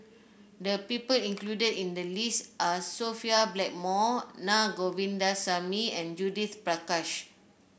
the people included in the list are Sophia Blackmore Naa Govindasamy and Judith Prakash